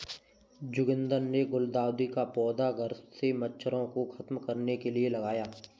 जोगिंदर ने गुलदाउदी का पौधा घर से मच्छरों को खत्म करने के लिए लगाया